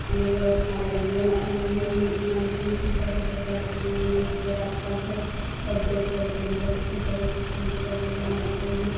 हमे सब अपनाय लेलियै लेलियै हन लेकिन की करबय पहिले जमानामे नहि छलय रऽ आजकल तऽ सब देख लेलकय हन अपन की करय छै कि हमहुँ बनइए हमहुँ खैयै